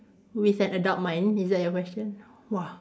with an adult mind is that your question !wah!